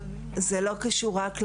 זה לא קשור רק לעריריים,